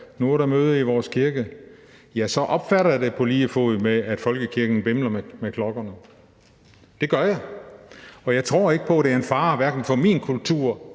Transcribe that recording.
nu er der møde i deres kirke, så opfatter jeg det på lige fod med, at folkekirken bimler med klokkerne – det gør jeg. Og jeg tror ikke på, at det er en fare, hverken for min kultur